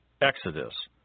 Exodus